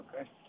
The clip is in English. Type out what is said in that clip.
Okay